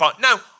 No